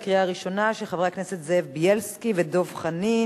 של חברי הכנסת זאב בילסקי ודב חנין,